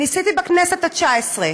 ניסיתי בכנסת התשע-עשרה,